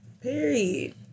Period